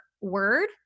word